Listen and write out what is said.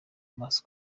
amaso